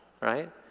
right